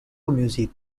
music